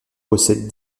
possède